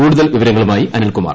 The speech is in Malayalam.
കൂടുതൽ വിവര്ങ്ങ്ളുമായി അനിൽകുമാർ